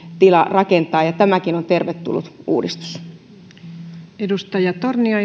rakentaa tämäkin on tervetullut uudistus